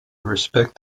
respect